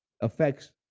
affects